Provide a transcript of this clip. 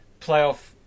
playoff